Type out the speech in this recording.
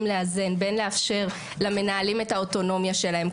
לאזן בין לאפשר למנהלים את האוטונומיה שלהם.